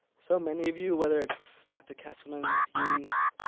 so many of you, whether it's dr. kesselman, dean's,